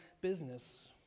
business